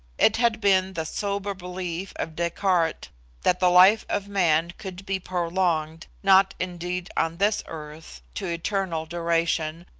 it had been the sober belief of descartes that the life of man could be prolonged, not, indeed, on this earth, to eternal duration,